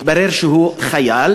התברר שהוא חייל.